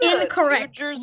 incorrect